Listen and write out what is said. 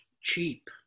cheap